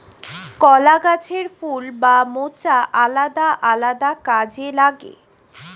কলা গাছের ফুল বা মোচা আলাদা আলাদা কাজে লাগে